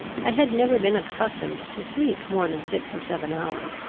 i had never been accustomed to sleep more than six or seven hours,